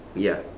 ya